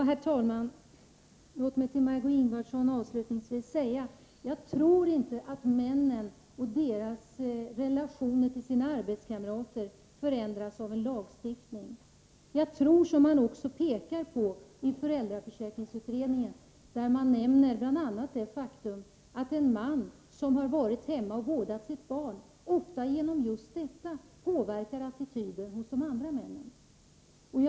Herr talman! Låt mig till Margé Ingvardsson avslutningsvis säga: Jag tror inte att män och deras relationer till sina arbetskamrater förändras av en lagstiftning. Jag tror att det är så som man säger i föräldraförsäkringsutredningen, där man bl.a. nämner det faktum att en man som varit hemma och vårdat sitt barn ofta genom just detta påverkar attityden hos de andra männen.